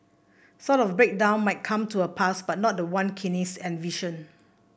sort of breakdown might come to pass but not the one Keynes envisioned